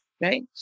Right